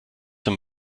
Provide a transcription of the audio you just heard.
wenn